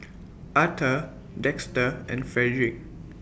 Arthor Dexter and Fredrick